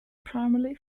primarily